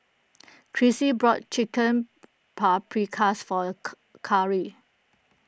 Chrissy bought Chicken Paprikas for Ca Carry